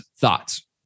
thoughts